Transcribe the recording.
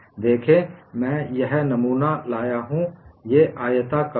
देखें मैं यह नमूना लाया हूँ ये आयताकार है